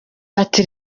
ati